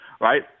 right